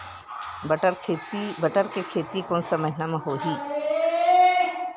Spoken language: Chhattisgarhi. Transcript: बटर के खेती कोन से महिना म होही?